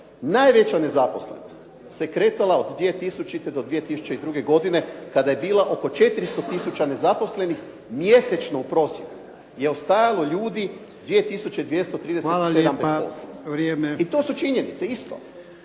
Najveća nezaposlenost se kretala od 2000. do 2002. godine kada je bila oko 400000 nezaposlenih. Mjesečno u prosjeku je ostajalo ljudi 2237 bez posla.